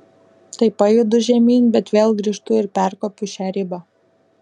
tai pajudu žemyn bet vėl grįžtu ir perkopiu šią ribą